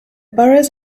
boroughs